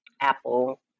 Apple